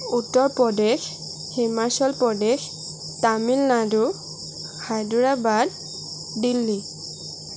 Uttar Pradesh Himachal Pradesh Tamil Nadu Hyderabad Delhi